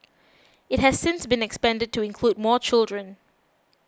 it has since been expanded to include more children